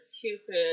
Cupid